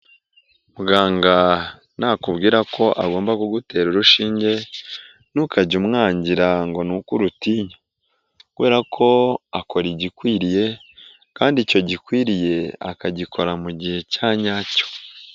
Muganga nakubwira ko agomba kugutera urushinge ntukajye umwangira ngo ni uko urutinya kubera ko akora igikwiriye kandi icyo gikwiriye akagikora mu gihe cya nyacyo.